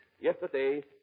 Yesterday